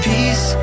Peace